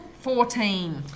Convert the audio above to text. Fourteen